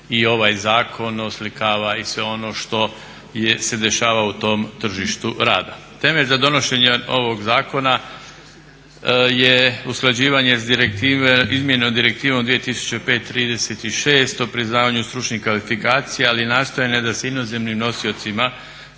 i ovaj zakon oslikava i sve ono što se dešava u tom tržištu rada. Temeljem za donošenje ovog zakona je usklađivanje s izmjenom Direktive 2005/36 o priznavanju stručnih kvalifikacija, ali i nastojanja da se inozemni nosiocima stručnih